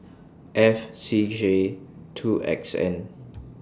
F C J two X N